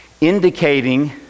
indicating